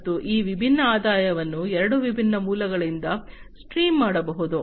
ಮತ್ತು ಈ ವಿಭಿನ್ನ ಆದಾಯವನ್ನು ಎರಡು ವಿಭಿನ್ನ ಮೂಲಗಳಿಂದ ಸ್ಟ್ರೀಮ್ ಮಾಡಬಹುದು